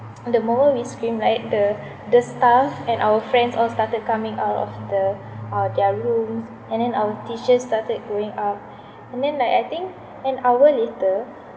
uh the moment we scream right the the staff and our friends all started coming out of the uh their rooms and then our teachers started going up and then like I think an hour later